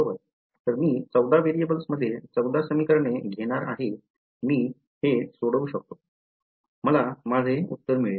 तर मी 14 व्हेरिएबल्समध्ये 14 समीकरणे घेणार आहे मी हे सोडवू शकतो मला माझे उत्तर मिळेल